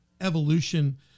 evolution